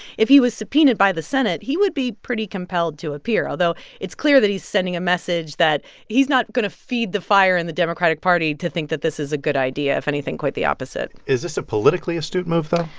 if he was subpoenaed by the senate, he would be pretty compelled to appear, although it's clear that he's sending a message that he's not going to feed the fire in the democratic party to think that this is a good idea if anything, quite the opposite is this a politically astute move, though?